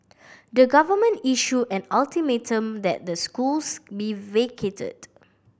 the government issue an ultimatum that the schools be vacated